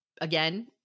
Again